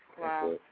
Wow